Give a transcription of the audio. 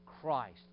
Christ